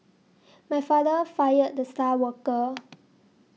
my father fired the star worker